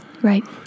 Right